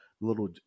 little